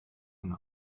eine